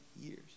years